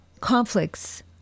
conflicts